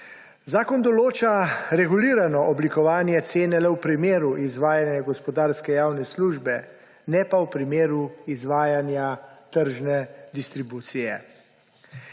Zakon določa regulirano oblikovanje cene le v primeru izvajanja gospodarske javne službe, ne pa v primeru izvajanja tržne distribucije.